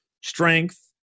strength